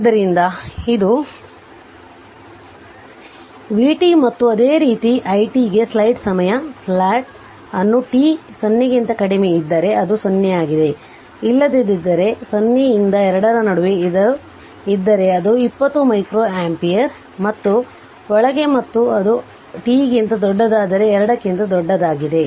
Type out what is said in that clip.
ಆದ್ದರಿಂದ ಇದು vt ಮತ್ತು ಅದೇ ರೀತಿ it ಗೆ ಸ್ಲೈಡ್ ಸಮಯ ಪ್ಲಾಟ್ ಅನ್ನು t 0 ಕ್ಕಿಂತ ಕಡಿಮೆ ಇದ್ದರೆ ಅದು 0 ಆಗಿದೆ ಇಲ್ಲದಿದ್ದರೆ 0 ರಿಂದ 2 ರ ನಡುವೆ ಇದ್ದರೆ ಅದು 20 ಮೈಕ್ರೋ ಆಂಪಿಯರ್ ಮತ್ತು ಒಳಗೆ ಮತ್ತು ಅದು t ಗಿಂತ ದೊಡ್ಡದಾದರೆ 2 ಕ್ಕಿಂತ ದೊಡ್ಡದಾಗಿದೆ